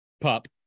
pup